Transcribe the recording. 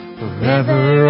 forever